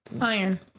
Iron